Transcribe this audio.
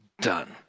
done